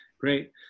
Great